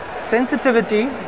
Sensitivity